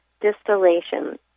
distillation